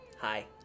Hi